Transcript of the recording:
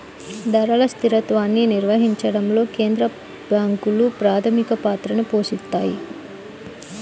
ధరల స్థిరత్వాన్ని నిర్వహించడంలో కేంద్ర బ్యాంకులు ప్రాథమిక పాత్రని పోషిత్తాయి